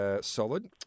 solid